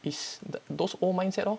is that those old mindset orh